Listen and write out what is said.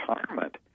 retirement